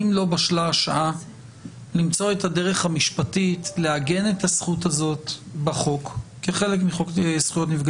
את החישוב של התקנים.